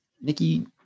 Nikki